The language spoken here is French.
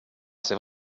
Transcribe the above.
c’est